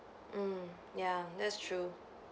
mm ya that's true